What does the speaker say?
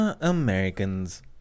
Americans